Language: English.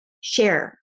share